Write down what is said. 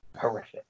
horrific